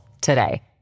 today